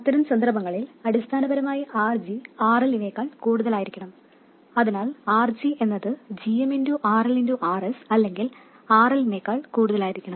അത്തരം സന്ദർഭങ്ങളിൽ അടിസ്ഥാനപരമായി RG RL നേക്കാൾ കൂടുതലായിരിക്കണം അതിനാൽ RG എന്നത് gm RL Rs അല്ലെങ്കിൽ RL നേക്കാൾ കൂടുതലായിരിക്കണം